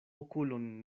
okulon